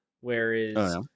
whereas